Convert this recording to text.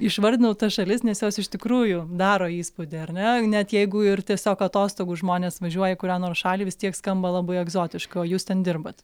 išvardinau tas šalis nes jos iš tikrųjų daro įspūdį ar ne net jeigu ir tiesiog atostogų žmonės važiuoja į kurią nors šalį vis tiek skamba labai egzotiška o jūs ten dirbat